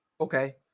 Okay